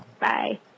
Bye